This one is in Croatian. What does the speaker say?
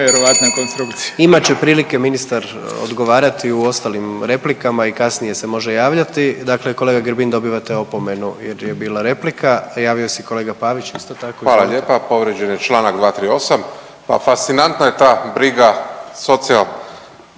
Imat će prilike ministar odgovarati u ostalim replikama i kasnije se može javljati. Dakle kolega Grbin, dobivate opomenu jer je bila replika. Javio se kolega Pavić isto tako. **Pavić, Marko (HDZ)** Hvala lijepa. Povrijeđen je čl. 238, pa fascinantna je ta briga SDP-a